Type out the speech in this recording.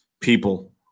people